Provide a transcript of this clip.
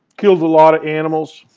killed a lot of animals.